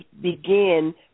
begin